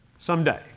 Someday